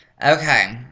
Okay